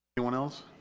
anyone else?